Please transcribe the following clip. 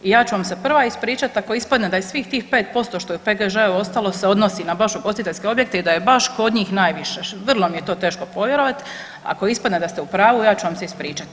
Ja ću vam se prva ispričati, ako ispadne da je svih tih 5% što je u PGŽ-u ostalo se odnosi na baš ugostiteljske objekte, i da je baš kod njih najviše, vrlo mi je to teško povjerovati, ako ispadne da ste u pravu, ja ću vam se ispričati.